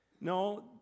No